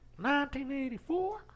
1984